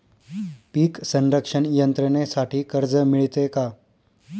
पीक संरक्षण यंत्रणेसाठी कर्ज मिळते का?